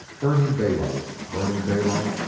burning daylight! burning daylight!